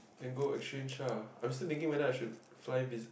then go exchange lah I'm still thinking whether I should fly vis~